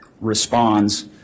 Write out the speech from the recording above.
responds